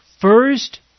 first